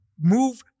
move –